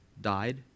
died